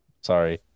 sorry